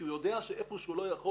כי הוא יודע שאיפה שהוא לא יכול,